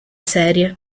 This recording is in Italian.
serie